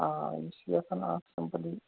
آ یِم چھِ آسان اَتھ